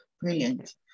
Brilliant